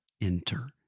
enter